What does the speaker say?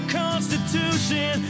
constitution